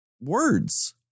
words